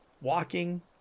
walking